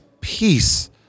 peace